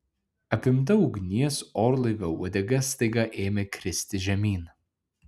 apimta ugnies orlaivio uodega staiga ėmė kristi žemyn